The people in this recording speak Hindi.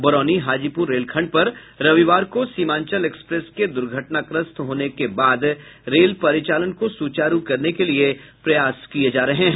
बरौनी हाजीपुर रेलखंड पर रविवार को सीमांचल एक्सप्रेस के दुर्घटनाग्रस्त होने के बाद रेल परिचालन को सुचारू करने के लिए प्रयास किये जा रहे हैं